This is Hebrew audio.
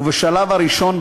ובשלב הראשון,